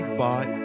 bought